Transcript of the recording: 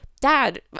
dad